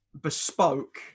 bespoke